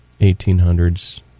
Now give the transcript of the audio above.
1800s